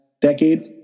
decade